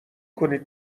کنید